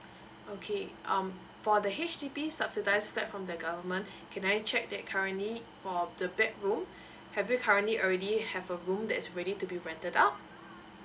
okay um for the H_D_B subsidize flat from the government can I check that currently for the bedroom have you currently already have a room that is ready to be rented out